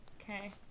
Okay